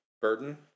burden